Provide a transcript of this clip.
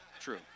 True